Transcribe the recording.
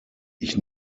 ich